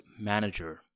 manager